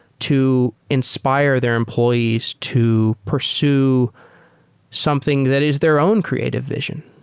to inspire their employees to pursue something that is their own creative vision?